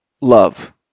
love